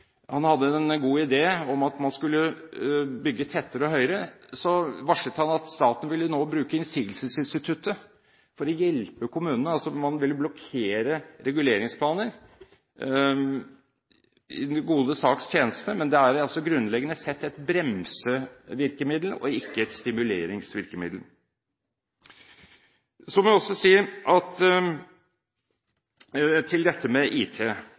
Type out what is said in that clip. han hadde en god idé om at man skulle bygge tettere og høyere – varslet han at staten nå ville bruke innsigelsesinstituttet for å hjelpe kommunene, altså man ville blokkere reguleringsplaner i den gode saks tjeneste. Men det er altså grunnleggende sett et bremsevirkemiddel og ikke et stimuleringsvirkemiddel. Så må jeg også si til dette med IT: